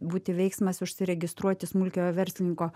būti veiksmas užsiregistruoti smulkiojo verslininko